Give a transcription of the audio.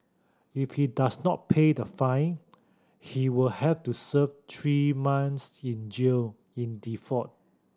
if he does not pay the fine he will have to serve three months in jail in default